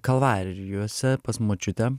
kalvarijose pas močiutę